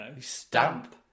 Stamp